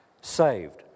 saved